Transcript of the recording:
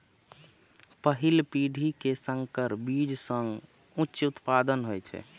पहिल पीढ़ी के संकर बीज सं उच्च उत्पादन होइ छै